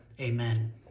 amen